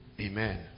amen